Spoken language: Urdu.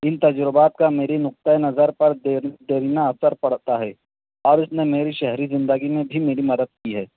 ان تجربات کا میری نقطۂ نظر پر دیر دیرینہ اثر پڑتا ہے اور اس نے میری شہری زندگی میں بھی میری مدد کی ہے